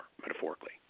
metaphorically